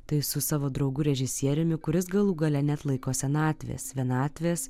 tai su savo draugu režisieriumi kuris galų gale neatlaiko senatvės vienatvės